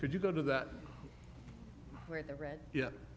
could you go to that ye